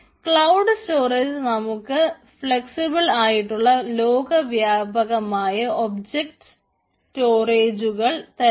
cloud storage നമുക്ക് flexible ആയിട്ടുള്ള ലോകവ്യാപകമായ ഒബ്ജക്റ്റ് സ്റ്റോറേജുകൾ തരുന്നു